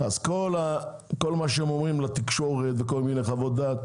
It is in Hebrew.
כל מה שהם אומרים לתקשורת וכל מיני חוות דעת,